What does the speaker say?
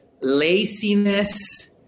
laziness